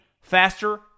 faster